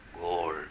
gold